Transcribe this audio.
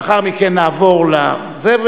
ולאחר מכן נעבור לזה,